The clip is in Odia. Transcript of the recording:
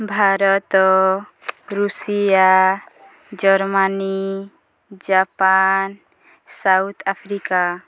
Bharat Russia Germany Japan South Africa